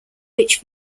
which